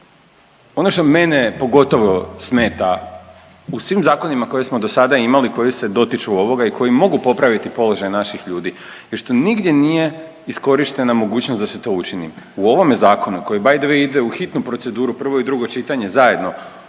Ono što mene pogotovo smeta, u svim zakonima koje smo do sada imali koji se dotiču ovoga i koji mogu popraviti položaj naših ljudi je što nigdje nije iskorištena mogućnost da se to učini. U ovome zakonu koji, by the way ide u hitnu proceduru, prvo i drugo čitanje zajedno,